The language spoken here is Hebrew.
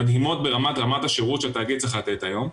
מדהימות ברמת רמת השירות שהתאגיד צריך לתת היום,